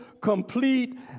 complete